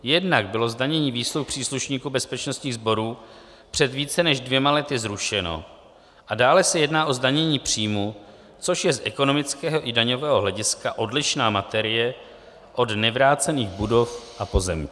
Jednak bylo zdanění výsluh příslušníků bezpečnostních sborů před více než dvěma lety zrušeno a dále se jedná o zdanění příjmu, což je z ekonomického i daňového hlediska odlišná materie od nevrácených budov a pozemků.